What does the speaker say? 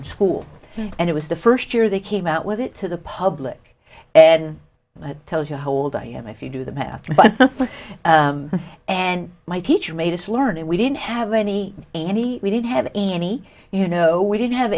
in school and it was the first year they came out with it to the public and that tells you how old i am if you do the math but and my teacher made us learn and we didn't have any any we didn't have any you know we didn't have